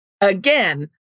Again